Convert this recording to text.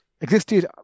existed